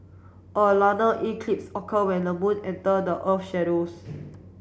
a eclipse occur when the moon enter the earth shadows